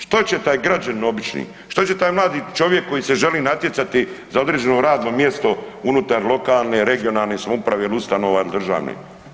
Što će taj građanin obični, što će taj mladi čovjek koji se želi natjecati za određeno radno mjesto unutar lokalne, regionalne samouprave ili ustanova državnih.